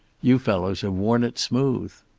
you fellows have worn it smooth.